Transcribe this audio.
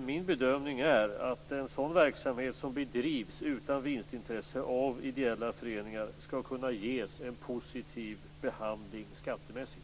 Min bedömning är att en sådan verksamhet som bedrivs utan vinstintresse av ideella föreningar skall kunna ges en positiv behandling skattemässigt.